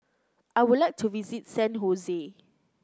I would like to visit San Hose